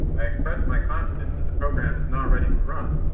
i expressed my confidence that the program is now ready to run.